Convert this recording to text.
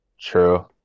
True